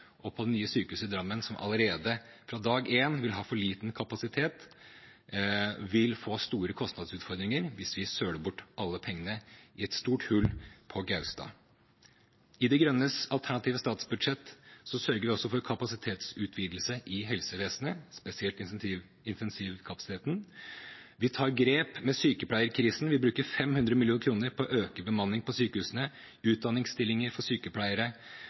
og på det nye sykehuset i Drammen, som allerede fra dag én vil ha for liten kapasitet, vil få store kostnadsutfordringer hvis vi søler bort alle pengene i et stort hull på Gaustad. I De Grønnes alternative statsbudsjett sørger vi også for kapasitetsutvidelse i helsevesenet, spesielt intensivkapasiteten. Vi tar grep med sykepleierkrisen, vi bruker 500 mill. kr på å øke bemanningen på sykehusene, utdanningsstillinger for sykepleiere,